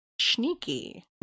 sneaky